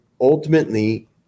ultimately